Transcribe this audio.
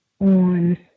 on